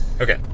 Okay